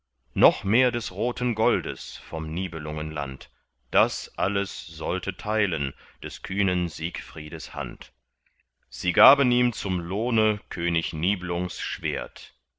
noch mehr des roten goldes vom nibelungenland das alles sollte teilen des kühnen siegfriedes hand sie gaben ihm zum lohne könig niblungs schwert